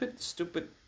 stupid